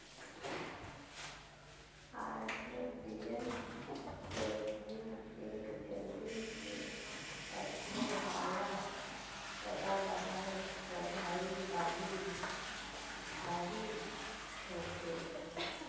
Arabian jasmine एक जल्दी से बढ़ने वाला सदाबहार चढ़ाई वाली झाड़ी छोक